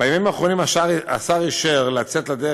בימים האחרונים אישר השר לצאת לדרך